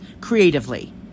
creatively